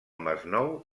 masnou